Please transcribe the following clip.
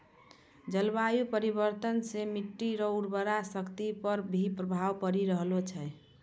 जलवायु परिवर्तन से मट्टी रो उर्वरा शक्ति पर भी प्रभाव पड़ी रहलो छै